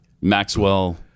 Maxwell